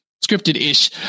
scripted-ish